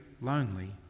lonely